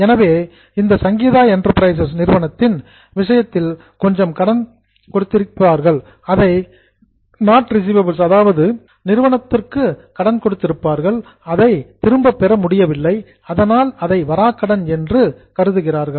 எனவே இந்த சங்கீதா என்டர்பிரைசஸ் நிறுவனத்தின் விஷயத்திலும் கொஞ்சம் கடன் கொடுத்திருப்பார்கள் அதை நாட் ரிசீவபுள்ஸ் திரும்ப பெற முடியவில்லை அதனால் அதை வாராக்கடன் என்று கன்சிடர் கருதுகிறார்கள்